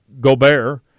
Gobert